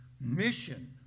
mission